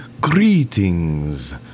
Greetings